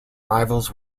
rivals